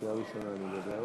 כנסת נכבדה,